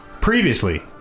Previously